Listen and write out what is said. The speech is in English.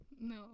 No